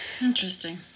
Interesting